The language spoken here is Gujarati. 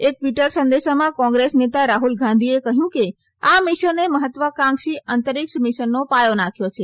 એક ટવીટમાં કોંગ્રેસ નેતા રાહ્લ ગાંધીએ કહયું કે આ મિશને મહત્વાકાંક્ષી અંતરિક્ષ મિશનનો પાયો નાંખ્યો છે